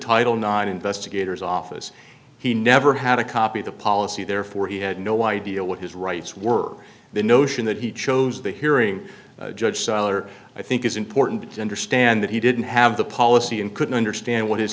title nine investigator's office he never had a copy of the policy therefore he had no idea what his rights were the notion that he chose the hearing judge siler i think is important to understand that he didn't have the policy and couldn't understand what his